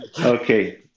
okay